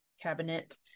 cabinet